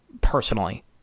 personally